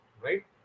right